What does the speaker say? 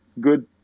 good